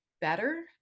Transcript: better